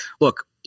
Look